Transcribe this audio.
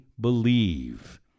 believe